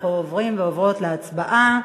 אנחנו עוברים ועוברות להצבעה.